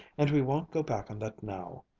and we won't go back on that now.